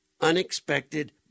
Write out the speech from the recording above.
unexpected